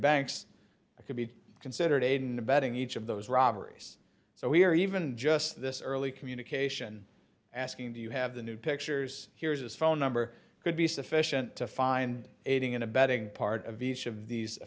banks i could be considered aiding and abetting each of those robberies so we're even just this early communication asking do you have the new pictures here's his phone number could be sufficient to find aiding and abetting part of each of these